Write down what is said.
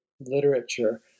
literature